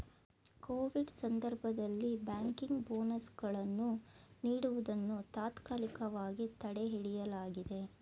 Covid ಸಂದರ್ಭದಲ್ಲಿ banking bonus ಗಳನ್ನು ನೀಡುವುದನ್ನು ತಾತ್ಕಾಲಿಕವಾಗಿ ತಡೆಹಿಡಿಯಲಾಗಿದೆ